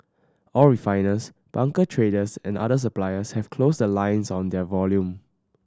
all refiners bunker traders and other suppliers have closed lines on their volume